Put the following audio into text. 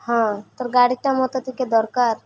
ହଁ ତ ଗାଡ଼ିଟା ମୋତେ ଟିକେ ଦରକାର